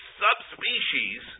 subspecies